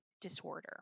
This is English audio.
disorder